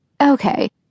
Okay